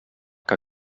que